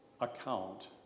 account